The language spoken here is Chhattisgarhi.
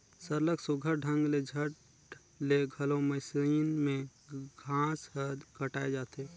सरलग सुग्घर ढंग ले झट ले घलो मसीन में घांस हर कटाए जाथे